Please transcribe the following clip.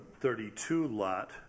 32-lot